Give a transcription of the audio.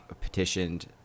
petitioned